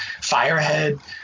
Firehead